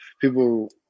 people